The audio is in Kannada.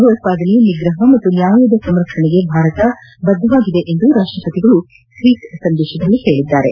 ಭಯೋತ್ಪಾದನೆ ನಿಗ್ರಹ ಮತ್ತು ನ್ಯಾಯದ ಸಂರಕ್ಷಣೆಗೆ ಭಾರತ ಬದ್ಧವಾಗಿದೆ ಎಂದು ರಾಷ್ಟಪತಿ ಟ್ವೀಟರ್ನಲ್ಲಿ ತಿಳಿಸಿದ್ದಾರೆ